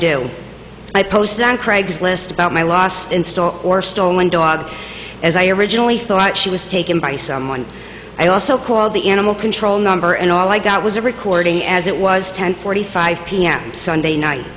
do i posted on craigslist about my last install or stolen dog as i originally thought she was taken by someone i also called the animal control number and all i got was a recording as it was ten forty five p m sunday night